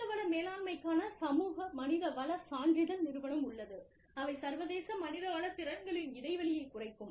மனிதவள மேலாண்மைக்கான சமூக மனிதவள சான்றிதழ் நிறுவனம் உள்ளது அவை சர்வதேச மனிதவள திறன்களின் இடைவெளியைக் குறைக்கும்